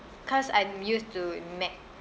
cause I'm used to mac